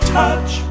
touch